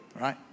Right